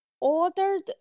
ordered